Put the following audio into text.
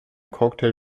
cocktail